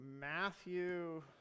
Matthew